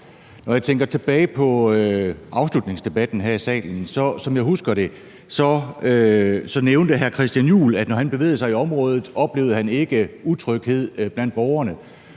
Når jeg tænker tilbage på afslutningsdebatten her i salen, som jeg husker det, så nævnte hr. Christian Juhl, at når han bevægede sig i området, oplevede han ikke utryghed blandt borgerne.